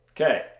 Okay